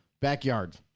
Backyard